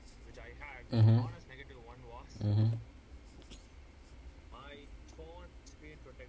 mmhmm mmhmm